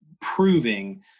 proving